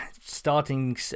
starting